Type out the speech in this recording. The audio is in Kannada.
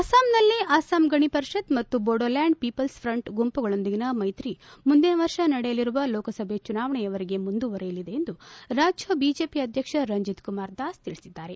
ಅಸ್ಲಾಂನಲ್ಲಿ ಅಸ್ಲಾಂ ಗಣಪರಿಷತ್ ಮತ್ತು ಬೋಡೋಲ್ಯಾಂಡ್ ಪೀಪಲ್ಸ್ ಫ್ರಂಟ್ ಗುಂಪುಗಳೊಂದಿಗಿನ ಮೈತ್ರಿ ಮುಂದಿನ ವರ್ಷ ನಡೆಯಲಿರುವ ಲೋಕಸಭೆ ಚುನಾವಣೆಯವರೆಗೆ ಮುಂದುವರೆಯಲಿದೆ ಎಂದು ರಾಜ್ಯ ಬಿಜೆಪಿ ಅಧ್ಯಕ್ಷ ರಂಜಿತ್ ಕುಮಾರ್ ದಾಸ್ ತಿಳಿಸಿದ್ದಾರೆ